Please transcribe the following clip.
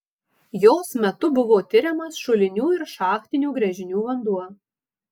jos metu buvo tiriamas šulinių ir šachtinių gręžinių vanduo